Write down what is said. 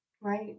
Right